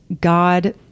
God